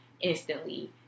instantly